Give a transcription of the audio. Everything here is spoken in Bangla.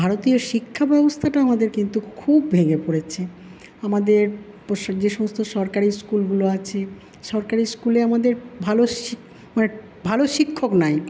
ভারতীয় শিক্ষা ব্যবস্থাটা আমাদের কিন্তু খুব ভেঙে পড়েছে আমাদের যে সমস্ত সরকারি স্কুলগুলো আছে সরকারি স্কুলে আমাদের ভালো ভালো শিক্ষক নাই